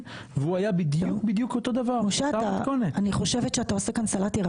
החוק ששם אותך כשרה.